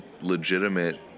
legitimate